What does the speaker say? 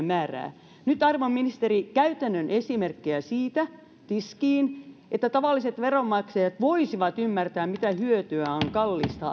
määrää nyt käytännön esimerkkejä siitä tiskiin arvon ministeri niin että tavalliset veronmaksajat voisivat ymmärtää mitä hyötyä on kalliista